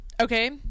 okay